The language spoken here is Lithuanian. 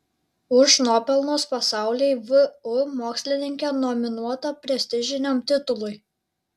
už nuopelnus pasauliui vu mokslininkė nominuota prestižiniam titului